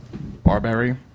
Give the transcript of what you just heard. Barberry